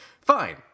Fine